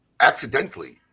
accidentally